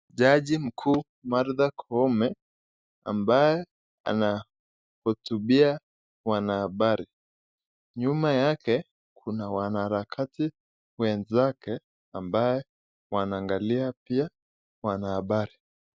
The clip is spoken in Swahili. Jaji mkuu Martha Koome ambaye anahutubia wanahabari. Nyuma yake kuna wanaharakati wenzake ambaye wanaangalia pia wanahabari.